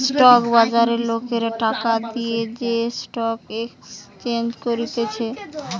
stock বাজারে লোকরা টাকা দিয়ে যে স্টক এক্সচেঞ্জ করতিছে